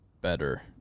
better